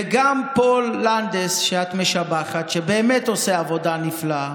וגם פול לנדס, שאת משבחת, שבאמת עושה עבודה נפלאה,